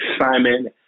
Simon